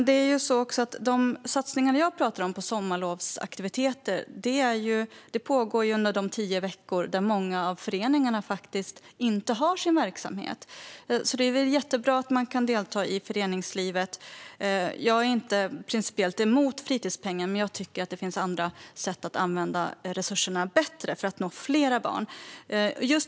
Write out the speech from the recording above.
Herr talman! De satsningar jag talar om, till exempel sommarlovsaktiviteter, pågår under de tio veckor då många föreningar inte har verksamhet. Det är väl bra att man kan delta i föreningslivet. Jag är inte principiellt emot fritidspengen, men jag tycker att det finns andra sätt att använda resurserna bättre för att nå fler barn.